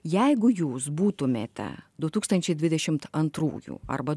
jeigu jūs būtumėte du tūkstančiai dvidešimt antrųjų arba